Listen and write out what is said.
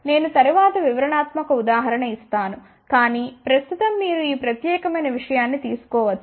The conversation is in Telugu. నేను తరువాత వివరణాత్మక ఉదాహరణ ఇస్తాను కానీ ప్రస్తుతం మీరు ఈ ప్రత్యేకమైన విషయాన్ని తీసుకోవచ్చు